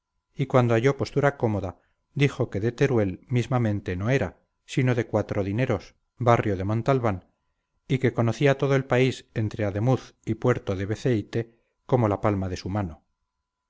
y cuando halló postura cómoda dijo que de teruel mismamente no era sino de cuatro dineros barrio de montalbán y que conocía todo el país entre ademuz y puerto de beceite como la palma de su mano